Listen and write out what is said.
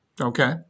Okay